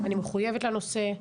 אני מחויבת לנושא,